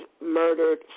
murdered